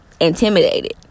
intimidated